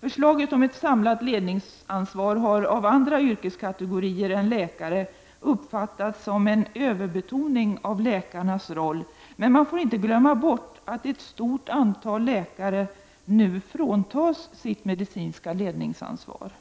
Förslaget om ett samlat ledningsansvar har av andra yrkeskategorier än läkare uppfattats som en överbetoning av läkarnas roll, men man får inte glömma bort att ett stort antal läkare nu fråntas sitt medicinska ledningsansvar.